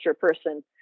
person